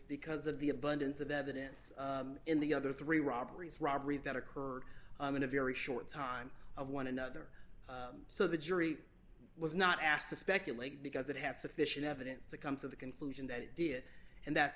because of the abundance of evidence in the other three robberies robberies that occurred in a very short time of one another so the jury was not asked to speculate because it had sufficient evidence to come to the conclusion that it did and that's